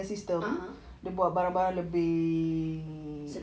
a'ah